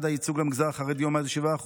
יעד הייצוג למגזר החרדי עומד על 7%,